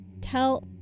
tell